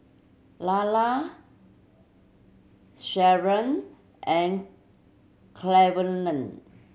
Lelar Sharron and Cleveland